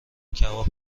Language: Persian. کباب